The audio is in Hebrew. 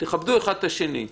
תכבדו אחד את השני.